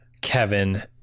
Kevin